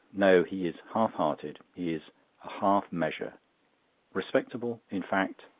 no, he is half-hearted, he is a half-measure respectable in fact,